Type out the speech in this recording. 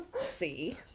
see